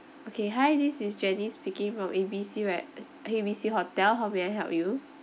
okay hi this is janice speaking from A B C re~ A B C hotel how may I help you